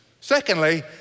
Secondly